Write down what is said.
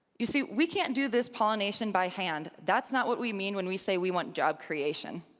you see, we can't do this pollination by hand. that's not what we mean when we say we want job creation.